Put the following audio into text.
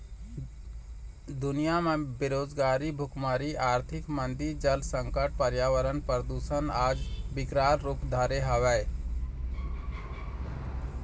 दुनिया म बेरोजगारी, भुखमरी, आरथिक मंदी, जल संकट, परयावरन परदूसन आज बिकराल रुप धरे हवय